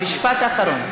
משפט אחרון.